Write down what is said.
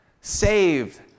Saved